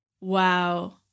Wow